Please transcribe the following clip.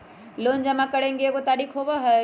Loan जमा करेंगे एगो तारीक होबहई?